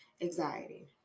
anxiety